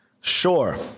Sure